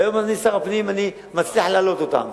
היום אני שר הפנים ואני מצליח להעלות אותם,